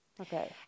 Okay